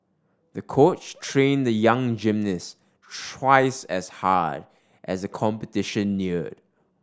the coach trained the young gymnast twice as hard as the competition neared